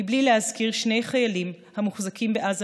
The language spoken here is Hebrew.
מבלי להזכיר שני חיילים המוחזקים בעזה